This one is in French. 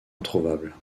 introuvable